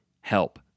help